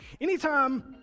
Anytime